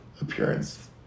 appearance